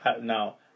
now